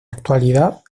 actualidad